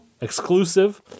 exclusive